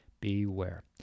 Beware